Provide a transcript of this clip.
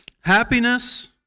Happiness